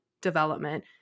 development